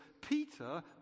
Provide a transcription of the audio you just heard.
Peter